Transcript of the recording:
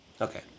okay